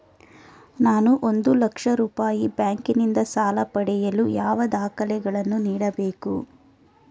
ನಾನು ಒಂದು ಲಕ್ಷ ರೂಪಾಯಿ ಬ್ಯಾಂಕಿನಿಂದ ಸಾಲ ಪಡೆಯಲು ಯಾವ ದಾಖಲೆಗಳನ್ನು ನೀಡಬೇಕು?